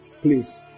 please